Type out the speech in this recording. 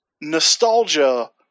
nostalgia